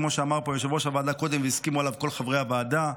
כמו שאמר פה יושב-ראש הוועדה קודם והסכימו עליו כל חברי הוועדה,